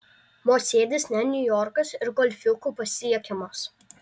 mosėdis ne niujorkas ir golfiuku pasiekiamas